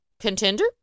contender